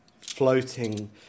floating